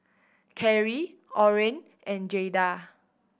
Karri Oren and Jayda